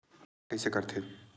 व्यापार कइसे करथे?